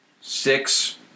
Six